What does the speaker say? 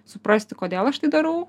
suprasti kodėl aš tai darau